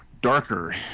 darker